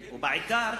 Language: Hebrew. והעיקר,